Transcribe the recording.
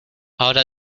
ahora